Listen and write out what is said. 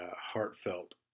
heartfelt